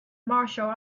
martial